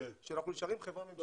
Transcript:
שאנחנו נשארים חברה ממשלתית.